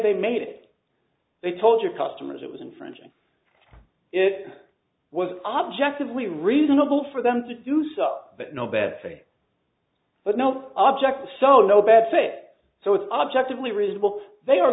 they made it they told your customers it was infringing it was objectively reasonable for them to do so but no bad thing but no object so no bad say so it's objectively reasonable they are